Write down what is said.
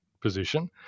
position